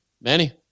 Manny